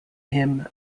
him